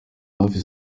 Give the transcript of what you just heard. hafi